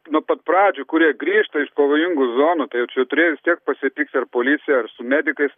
nuo pat pradžių kurie grįžta iš pavojingų zonų tai jau čia turėjo vis tiek pasitikti ar policija ar su medikais